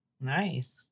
Nice